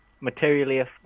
materially